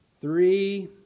three